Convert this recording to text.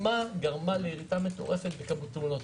גרמה לירידה מטורפת בכמות התאונות.